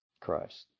Christ